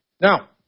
Now